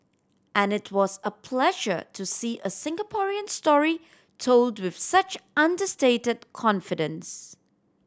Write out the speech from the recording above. and it was a pleasure to see a Singaporean story told with such understated confidence